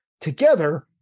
together